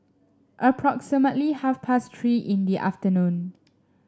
approximately half past Three in the afternoon